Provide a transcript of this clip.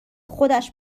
خودش